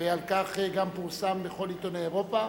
ועל כך גם פורסם בכל עיתוני אירופה.